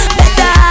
better